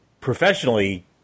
professionally